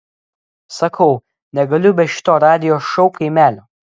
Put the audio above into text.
sakau negaliu be šito radijo šou kaimelio